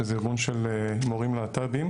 שזה ארגון של מורים להט"בים.